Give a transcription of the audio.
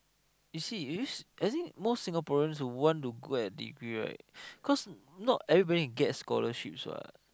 you see is as in most Singaporeans want to go at degree right cause not everybody can get scholarships what